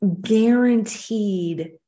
guaranteed